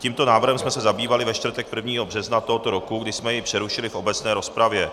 Tímto návrhem jsme se zabývali ve čtvrtek 1. března tohoto roku, kdy jsme jej přerušili v obecné rozpravě.